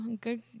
good